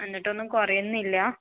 എന്നിട്ടൊന്നും കുറയുന്നില്ല